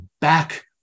back